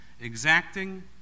Exacting